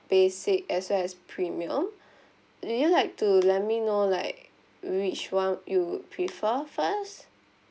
basic as well as premium would you like to let me know like which one you would prefer first